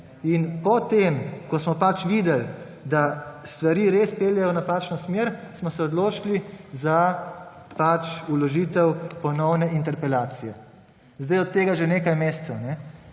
In potem ko smo pač videli, da stvari res peljejo v napačno smer, smo se odločili za vložitev ponovne interpelacije. Sedaj je od tega že nekaj mesecev.